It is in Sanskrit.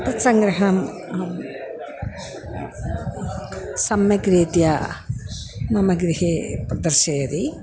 तत्सङ्ग्रहम् अहं सम्यक् रीत्या मम गृहे प्रदर्शयति